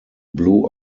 blue